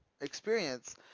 experience